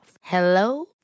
Hello